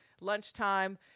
lunchtime